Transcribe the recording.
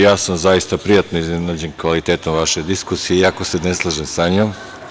Ja sam zaista prijatno iznenađen kvalitetom vaše diskusije, iako se ne slažem sa njom.